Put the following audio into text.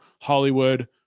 hollywood